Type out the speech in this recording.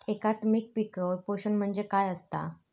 एकात्मिक पीक पोषण म्हणजे काय असतां?